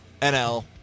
NL